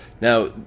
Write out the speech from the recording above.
Now